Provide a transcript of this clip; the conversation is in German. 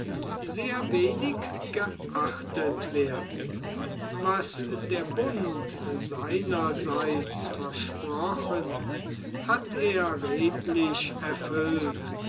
sehr wenig geachtet werden was der bund seinerseits versprochen hat er redlich erfüllt